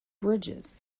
bridges